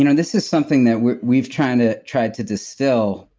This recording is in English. you know this is something that we've we've tried to tried to distill.